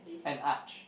and arched